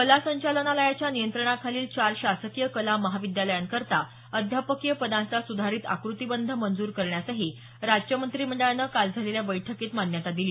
कला संचालनालयाच्या नियंत्रणाखालील चार शासकीय कला महाविद्यालयांकरिता अध्यापकीय पदांचा सुधारित आकृतीबंध मंजूर करण्यासही राज्य मंत्रिमंडळानं काल झालेल्या बैठकीत मान्यता दिली